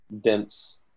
dense